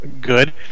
good